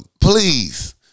please